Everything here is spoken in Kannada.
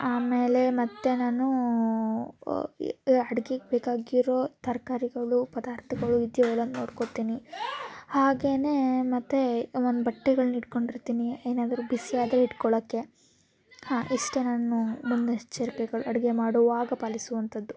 ಆಮೇಲೆ ಮತ್ತು ನಾನು ಅಡ್ಗೆಗೆ ಬೇಕಾಗಿರೋ ತರಕಾರಿಗಳು ಪದಾರ್ಥಗಳು ಇದೆಯೋ ಇಲ್ವೋ ಅಂತ ನೋಡ್ಕೊತೀನಿ ಹಾಗೆಯೇ ಮತ್ತು ಒಂದು ಬಟ್ಟೆಗಳ್ನ ಇಟ್ಕೊಂಡು ಇರ್ತೀನಿ ಏನಾದ್ರೂ ಬಿಸಿಯಾದ್ರೆ ಹಿಡ್ಕೊಳಕ್ಕೆ ಹಾಂ ಇಷ್ಟು ನಾನು ಮುನ್ನೆಚ್ಚರಿಕೆಗಳು ಅಡುಗೆ ಮಾಡುವಾಗ ಪಾಲಿಸುವಂಥದ್ದು